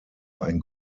ein